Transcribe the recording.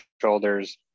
shoulders